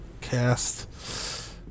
cast